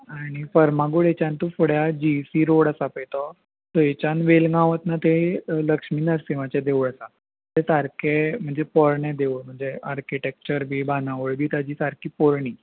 आनी फर्मागुडेच्यान तूं फुड्या जी ई सी रोड आसा पळय तो थंयच्यान वेलगांव वतना थंय लक्ष्मी नरसिवाचें देवूळ आसा ते सारकें म्हणजे पोरणें देवूळ म्हणजे आर्किटेक्चर बी बांदावळ बी ताजी सारकी पोरणी